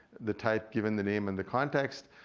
the type, given the name and the context.